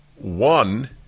One